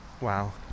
Wow